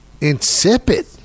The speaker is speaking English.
Insipid